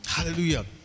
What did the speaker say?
hallelujah